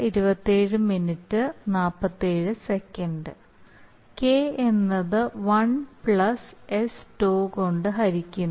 K എന്നത് 1 plus sτ കൊണ്ട് ഹരിക്കുന്നു